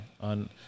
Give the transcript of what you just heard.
on